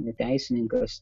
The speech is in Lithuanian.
ne teisininkas